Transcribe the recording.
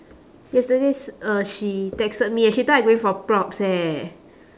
yesterday si~ uh she texted me eh she thought I going for props eh